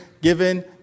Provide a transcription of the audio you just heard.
given